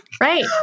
right